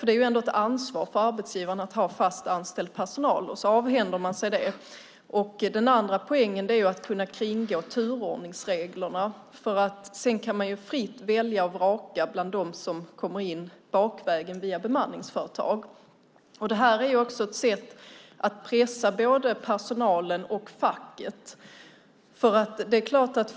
Det är ju ett ansvar för arbetsgivaren att ha fast anställd personal. Det avhänder man sig. Den andra poängen är att man kan kringgå turordningsreglerna. Man kan ju fritt välja och vraka bland dem som kommer in bakvägen via bemanningsföretag. Det är ett sätt att pressa både personalen och facket.